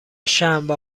شنبه